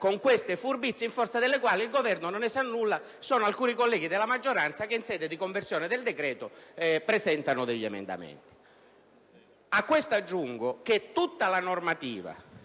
con queste furbizie in forza delle quali il Governo non sa nulla e sono alcuni colleghi della maggioranza che in sede di conversione del decreto presentano gli emendamenti. A queste considerazioni aggiungo che tutta la normativa